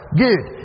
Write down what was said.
good